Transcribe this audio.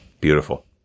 beautiful